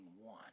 one